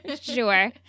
Sure